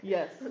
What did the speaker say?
Yes